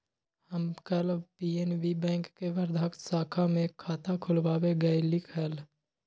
हम कल PNB bank के वर्धा शाखा में खाता खुलवावे गय लीक हल